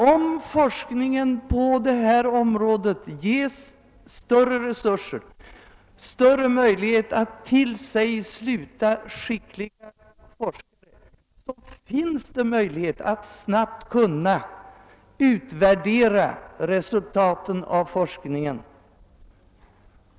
Om forskningen på detta område får större resurser och ökade möjligheter att till sig knyta skickliga forskare, skulle man troligen snabbt kunna utvärdera resultaten av denna forskning.